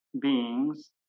Beings